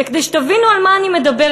כדי שתבינו על מה אני מדברת,